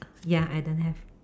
ya I don't have